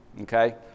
Okay